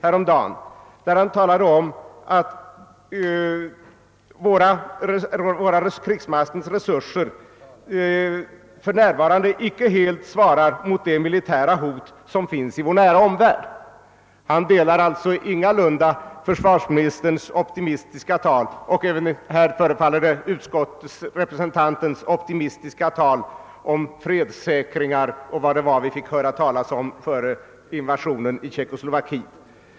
Han talade om att krigsmaktens resurser för närvarande inte helt svarar mot det militära hot som finns i vår nära omvärld. Han delar alltså ingalunda försvarsministerns och utskottsrepresentantens optimistiska syn på fredssäkringar och vad det nu var vi fick höra talas om före invasionen i Tjeckoslovakien.